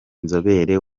nzobere